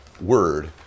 word